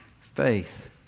faith